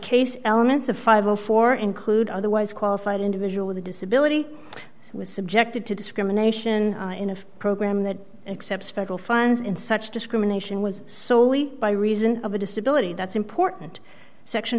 case elements of five or four include otherwise qualified individual the disability was subjected to discrimination in a program that accepts federal funds in such discrimination was solely by reason of a disability that's important section